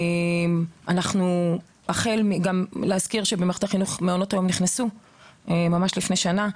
אני רוצה להזכיר שמעונות היום נכנסו ממש לפני למערכת החינוך.